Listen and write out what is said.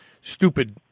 stupid